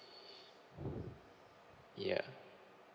yeah